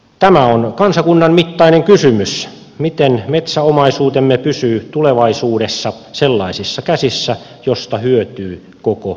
tämä on kansakunnan mittainen kysymys miten metsäomaisuutemme pysyy tulevaisuudessa sellaisissa käsissä että siitä hyötyy koko suomi